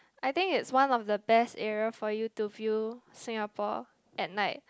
I think is one of best area for you to feel Singapore at night